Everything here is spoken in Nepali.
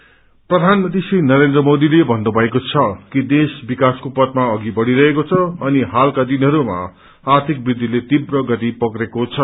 पीएस मोले प्रधानमन्त्री नरेन्द्र मोरीले भन्नुभएको छ कि देश विकासको पथमा अघि कढ़िरहेको छ अनि हालका दिनहरूमा आर्थिक वृद्धिले तीव्र गति पक्रेको छ